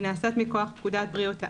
נעשות מכוח פקודת בריאות העם,